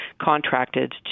contracted